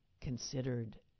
considered